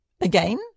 again